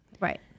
Right